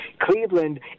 Cleveland